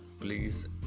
Please